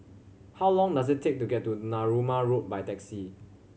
how long does it take to get to Narooma Road by taxi